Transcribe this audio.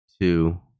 two